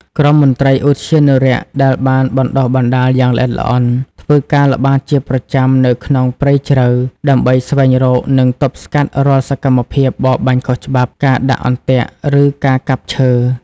ក្រុមមន្ត្រីឧទ្យានុរក្សដែលបានបណ្ដុះបណ្ដាលយ៉ាងល្អិតល្អន់ ធ្វើការល្បាតជាប្រចាំនៅក្នុងព្រៃជ្រៅ ដើម្បីស្វែងរក និងទប់ស្កាត់រាល់សកម្មភាពបរបាញ់ខុសច្បាប់ ការដាក់អន្ទាក់ ឬការកាប់ឈើ។